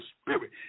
spirit